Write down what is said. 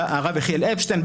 הרב יחיאל אפשטיין,